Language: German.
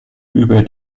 über